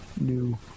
new